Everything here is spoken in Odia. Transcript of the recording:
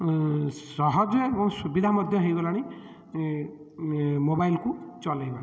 ସହଜ ଏବଂ ସୁବିଧା ମଧ୍ୟ ହୋଇଗଲାଣି ମୋବାଇଲ୍କୁ ଚଲେଇବା